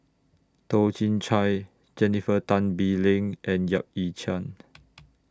Toh Chin Chye Jennifer Tan Bee Leng and Yap Ee Chian